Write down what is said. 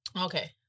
Okay